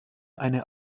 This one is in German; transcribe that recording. eine